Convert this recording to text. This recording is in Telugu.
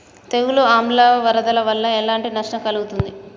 తెగులు ఆమ్ల వరదల వల్ల ఎలాంటి నష్టం కలుగుతది?